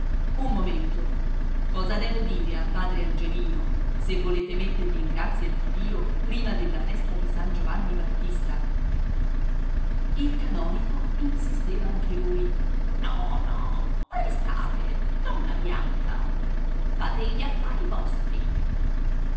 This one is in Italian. un momento cosa devo dire a padre angelino se volete mettervi in grazia di dio prima della festa di san giovanni battista il canonico insisteva anche lui no no restate donna bianca fate gli affari vostri